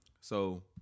So-